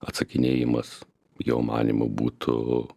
atsakinėjimas jo manymu būtų